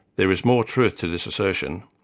there is more truth to this assertion,